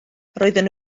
roedden